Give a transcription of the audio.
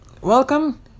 welcome